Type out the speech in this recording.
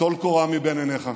טול קורה מבין עיניך.